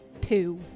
Two